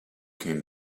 came